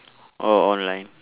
or online